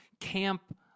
camp